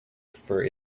for